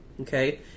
Okay